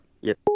Yes